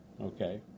Okay